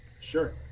Sure